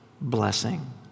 blessing